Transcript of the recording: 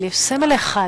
אבל יש סמל אחד